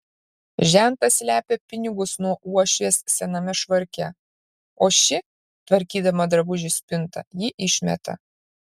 žentas slepia pinigus nuo uošvės sename švarke o ši tvarkydama drabužių spintą jį išmeta